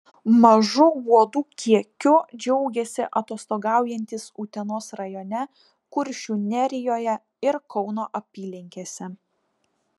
mažu uodų kiekiu džiaugėsi atostogaujantys utenos rajone kuršių nerijoje ir kauno apylinkėse